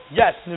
yes